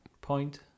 point